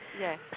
Yes